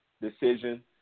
decision